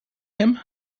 him